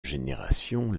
génération